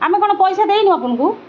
ଆମେ କ'ଣ ପଇସା ଦେଇନୁ ଆପଣଙ୍କୁ